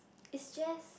it's just